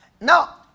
Now